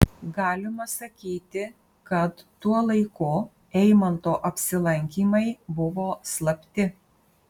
galima sakyti kad tuo laiku eimanto apsilankymai buvo slapti